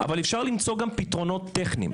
אבל אפשר למצוא גם פתרונות טכניים.